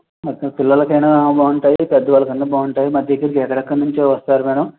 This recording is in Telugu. మొత్తం పిల్లలకైనా బాగుంటాయి పెద్దవాలికన్న బాగుంటాయి మా దగ్గరకి ఎక్కడెక్కడి నుంచో వస్తారు మేడం